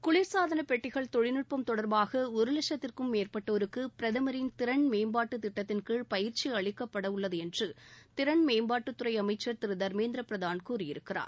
குளிர்சாதனப்பெட்டிள் தொழில்நுட்பம் தொடர்பாக ஒரு லட்சத்திற்கும் மேற்பட்டோருக்கு பிரதமரின் திறன் மேம்பாட்டு திட்டத்தின்கீழ் பயிற்சி அளிக்கப்படவுள்ளது என்று திறன்மேம்பாட்டுத்துறை அமைச்சர் திரு தர்மேந்திர பிரதான் கூறியிருக்கிறார்